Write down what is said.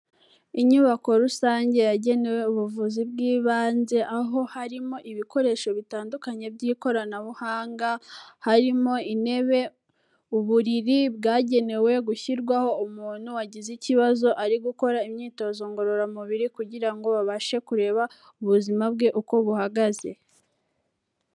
Inyubako rusange yagenewe ubuvuzi bw'ibanze aho harimo ibikoresho bitandukanye by'ikoranabuhanga, harimo intebe, uburiri bwagenewe gushyirwaho umuntu wagize ikibazo ari gukora imyitozo ngororamubiri kugira ngo babashe kureba ubuzima bwe uko buhagaze.